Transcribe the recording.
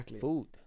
food